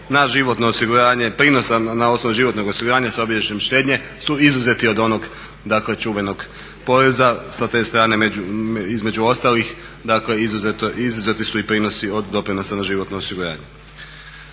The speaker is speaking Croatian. na životno osiguranje prinosa na osnovu životnog osiguranja sa obilježjem štednje su izuzeti od onog dakle čuvenog poreza. Sa te strane između ostalih dakle izuzeti su i prinosi od doprinosa na životno osiguranje.